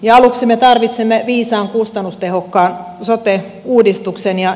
aluksi me tarvitsemme viisaan kustannustehokkaan sote uudistuksen